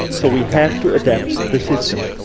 so we have to adapt the system.